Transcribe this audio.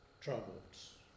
troubles